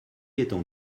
étant